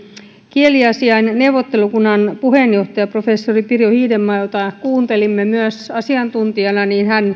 kieliasiain neuvottelukunnan puheenjohtaja professori pirjo hiidenmaa jota myös kuuntelimme asiantuntijana